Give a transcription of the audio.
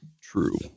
True